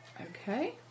Okay